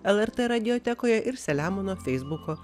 lrt radiotekoje ir selemono feisbuko